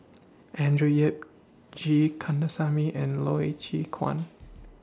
Andrew Yip G Kandasamy and Loy Chye Chuan